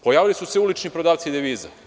Pojavili su se ulični prodavci deviza.